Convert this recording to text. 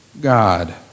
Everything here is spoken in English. God